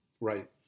Right